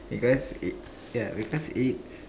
because it yeah because it's